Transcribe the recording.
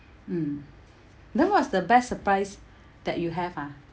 mm then what is the best surprise that you have ah